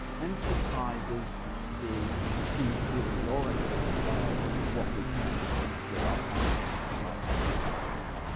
emphasizes the inferiority of what we can understand with our eyes, with our other senses,